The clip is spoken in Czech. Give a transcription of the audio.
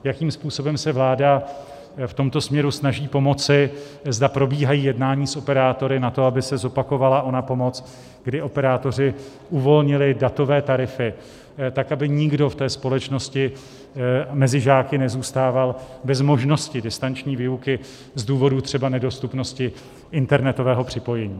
Jakým způsobem se vláda v tomto směru snaží pomoci, zda probíhají jednání s operátory na to, aby se zopakovala ona pomoc, kdy operátoři uvolnili datové tarify, tak aby nikdo v té společnosti mezi žáky nezůstával bez možnosti distanční výuky z důvodu třeba nedostupnosti internetového připojení.